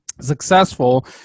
successful